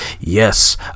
Yes